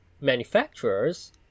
manufacturers